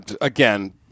again